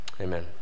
Amen